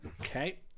Okay